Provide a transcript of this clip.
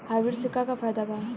Hybrid से का का फायदा बा?